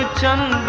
ah gem